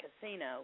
casino